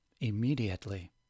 immediately